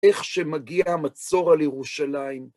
איך שמגיע המצור על ירושלים.